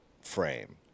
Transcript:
frame